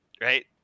right